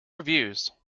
reviews